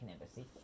embassy